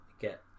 get